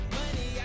money